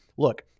Look